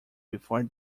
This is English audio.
before